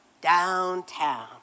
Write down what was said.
downtown